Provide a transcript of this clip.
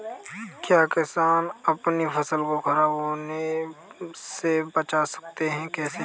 क्या किसान अपनी फसल को खराब होने बचा सकते हैं कैसे?